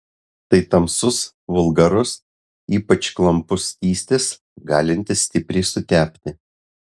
tai tamsus vulgarus ypač klampus skystis galintis stipriai sutepti